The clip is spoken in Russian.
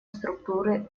структуры